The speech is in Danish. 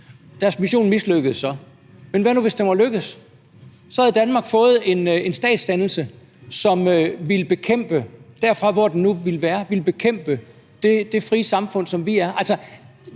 Deres mission mislykkedes så, men hvad nu, hvis den var lykkedes? Så havde vi fået en statsdannelse, som derfra, hvor den nu ville være, ville bekæmpe det frie samfund, som vi har